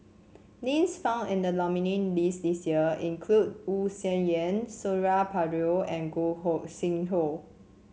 names found in the nominee' list this year include Wu Tsai Yen Suradi Parjo and Gog Sing Hooi